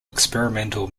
experimental